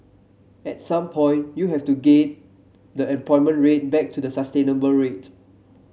at some point you have to get the unemployment rate back to the sustainable rate